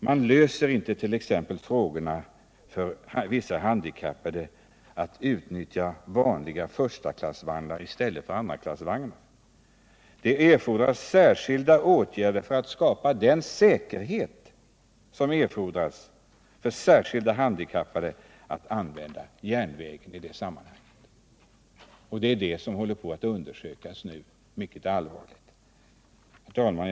Man löser inte t.ex. frågorna för vissa handikappade genom att i stället för andraklassvagnar utnyttja vanliga förstaklassvagnar. Det erfordras särskilda åtgärder för att skapa den säkerhet som krävs när vissa handikappade skall använda järnvägen, och det är de frågorna som nu håller på att studeras mycket allvarligt. Herr talman!